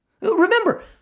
Remember